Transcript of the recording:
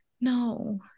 No